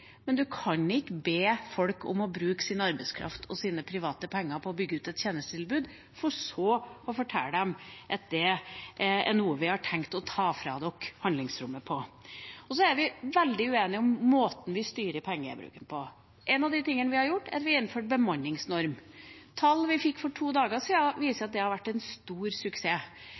men man kan ikke be folk om å bruke sin arbeidskraft og sine private penger på å bygge ut et tjenestetilbud for å så å fortelle dem at vi har tenkt å ta fra dem handlingsrommet i dette. Så er vi veldig uenige om måten vi styrer pengebruken på. En av de tingene vi har gjort, er at vi har innført en bemanningsnorm. Tall vi fikk for to dager siden, viser at det har vært en stor suksess.